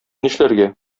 нишләргә